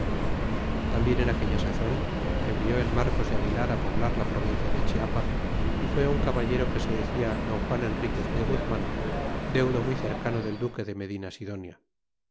tambien en aquella sazon envió el marcos de aguilar poblar la provincia de chiapa y fué un caballero que se decia don juan enriquez de guzman deudo muy cercano del duque de